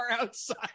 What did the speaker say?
outside